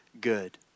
good